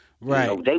Right